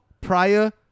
prior